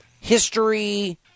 History